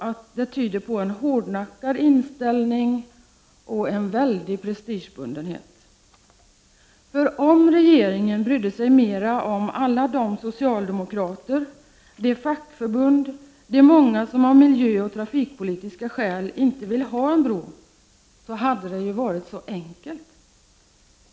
1989/90:31 inställning och prestige. Om regeringen brydde sig mera om alla de socialde 22 november 1989 mokrater, de fackförbund, de många som av miljöoch trafikpolitiska skäl GA inte vill ha en bro, så hade det varit enkelt.